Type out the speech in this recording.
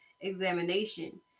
examination